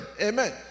Amen